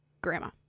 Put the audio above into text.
Grandma